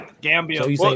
Gambia